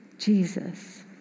Jesus